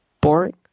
boring